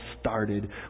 started